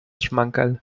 schmankerl